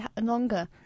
longer